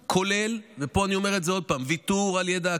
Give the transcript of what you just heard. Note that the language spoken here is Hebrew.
כולל ויתור על ידע אקדמי,